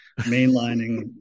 mainlining